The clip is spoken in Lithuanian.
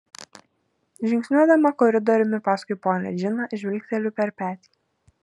žingsniuodama koridoriumi paskui ponią džiną žvilgteliu per petį